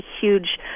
huge